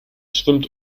schwimmt